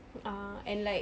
ah and like